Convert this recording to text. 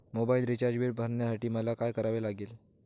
Mobile recharge bill भरण्यासाठी मला काय करावे लागेल?